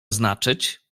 znaczyć